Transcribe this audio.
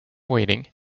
waiting